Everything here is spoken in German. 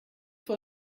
vor